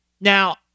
Now